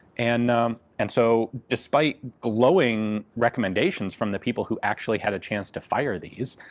and and so despite glowing recommendations from the people who actually had a chance to fire these,